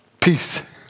peace